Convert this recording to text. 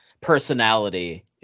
personality